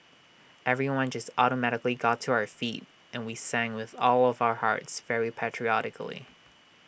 everyone just automatically got to our feet and we sang with all of our hearts very patriotically